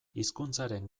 hizkuntzaren